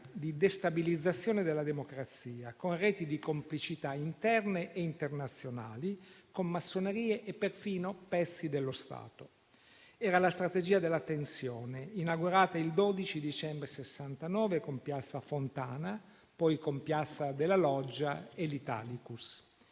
di destabilizzazione della democrazia, con reti di complicità interne e internazionali, con massonerie e perfino pezzi dello Stato. Era la strategia della tensione, inaugurata il 12 dicembre 1969 con piazza Fontana, poi con piazza della Loggia e l'Italicus.